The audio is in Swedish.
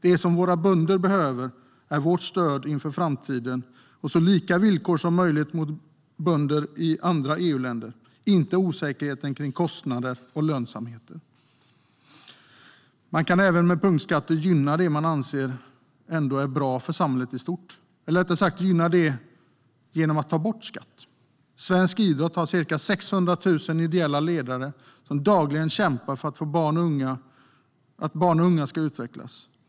Det som våra bönder behöver är vårt stöd inför framtiden och så lika villkor som möjligt gentemot bönder i andra EU-länder, inte osäkerheten kring kostnader och lönsamhet. Man kan även med punktskatter gynna det man anser ändå är bra för samhället i stort, eller rättare sagt gynna det genom att ta bort skatt. Svensk idrott har ca 600 000 ideella ledare som dagligen kämpar för att barn och unga ska kunna utvecklas.